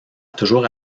toujours